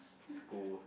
school